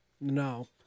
No